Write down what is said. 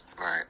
Right